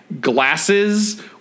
glasses